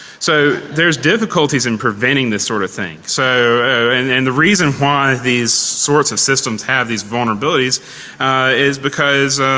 so there's difficulties in preventing this sort of thing. so and and the reason why these sorts of systems have these vulnerabilities is because